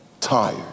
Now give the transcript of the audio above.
tired